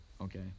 okay